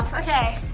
okay.